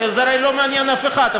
כי זה הרי לא מעניין אף אחד.